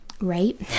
Right